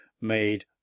made